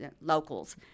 locals